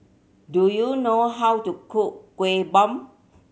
do you know how to cook Kueh Bom